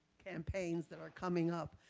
campaigns that are coming up?